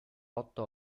otto